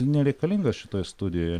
nereikalingas šitoj studijoj